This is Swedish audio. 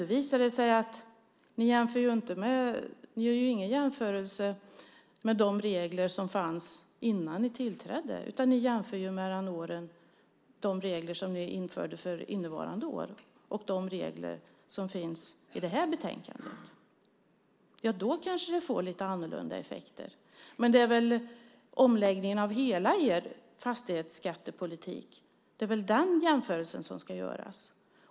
Då visade det sig att ni inte gör någon jämförelse med de regler som fanns innan ni tillträdde, utan ni jämför de regler som ni har infört för innevarande år med de regler som finns i detta betänkande. Då kanske det får lite annorlunda effekter. Men det är väl en jämförelse med omläggningen av hela er fastighetsskattepolitik som ska göras?